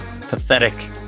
Pathetic